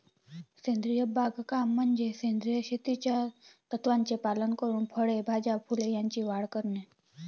सेंद्रिय बागकाम म्हणजे सेंद्रिय शेतीच्या तत्त्वांचे पालन करून फळे, भाज्या, फुले यांची वाढ करणे